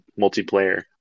multiplayer